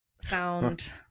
sound